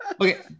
okay